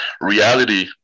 reality